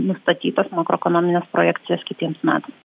nustatytas makroekonomines projekcijas kitiems metams